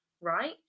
right